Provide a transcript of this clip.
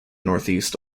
northeast